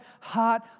heart